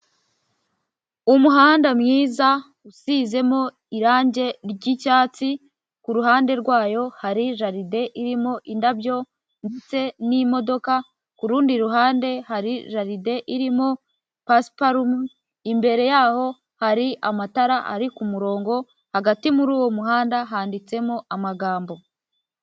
Umuhanda mwiza usizemo irangi ry'icyatsi, ku ruhande rwayo hari jaride irimo indabyo ndetse n'imodoka, ku rundi ruhande hari jaride irimo pasiparumu, imbere yaho hari amatara ari ku murongo, hagati muri uwo muhanda handitsemo amagambo.